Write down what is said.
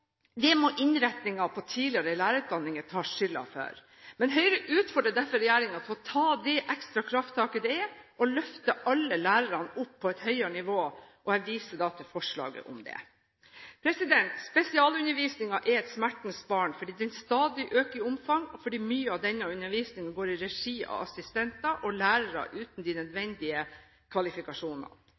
Det må innretningen på tidligere lærerutdanninger ta skylden for. Høyre utfordrer derfor regjeringen til å ta det ekstra krafttaket det er å løfte alle lærerne opp på et høyere nivå – jeg viser til forslaget om det. Spesialundervisningen er et smertens barn fordi den stadig øker i omfang, og fordi mye av denne undervisningen går i regi av assistenter og lærere uten de nødvendige kvalifikasjoner.